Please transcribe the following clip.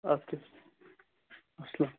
اَدٕ کیٛاہ